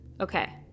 Okay